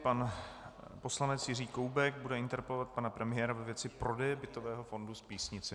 Pan poslanec Jiří Koubek bude interpelovat pana premiéra ve věci prodeje bytového fondu v Písnici.